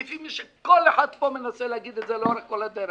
כפי שכל אחד פה מנסה להגיד את זה לאורך כל הדרך.